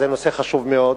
זה נושא חשוב מאוד,